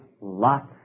lots